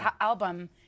album